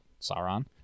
Sauron